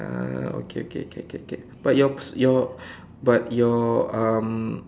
ah okay okay okay okay okay but your your but your um